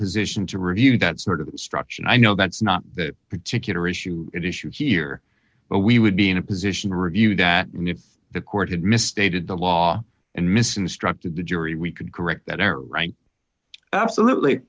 position to review that sort of instruction i know that's not that particular issue an issue here but we would be in a position to review that and if the court had misstated the law and missing struck to the jury we could correct that error right absolutely